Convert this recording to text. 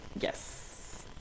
yes